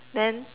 then